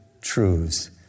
truths